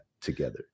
together